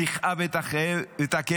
נכאב את הכאב,